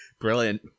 Brilliant